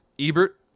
Ebert